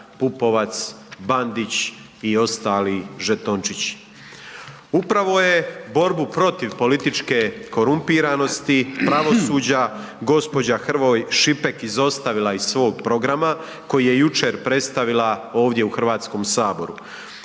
Upravo je borbu protiv političke korumpiranosti pravosuđa gospođa Hrvoj Šipek izostavila iz svog programa koji je jučer predstavila ovdje u HS-u.